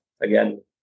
again